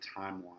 timeline